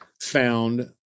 found